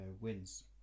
wins